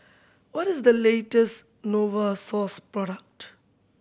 what is the latest Novosource product